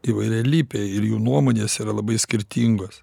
įvairialypė ir jų nuomonės yra labai skirtingos